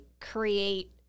create